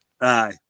Aye